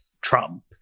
Trump